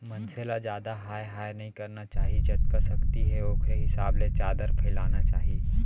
मनसे ल जादा हाय हाय नइ करना चाही जतका सक्ति हे ओखरे हिसाब ले चादर फइलाना चाही